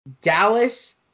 Dallas